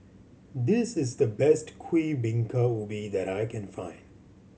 this is the best Kuih Bingka Ubi that I can find